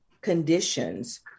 conditions